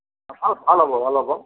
অঁ ভাল হ'ব ভাল হ'ব